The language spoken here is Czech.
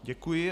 Děkuji.